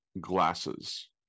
glasses